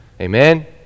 Amen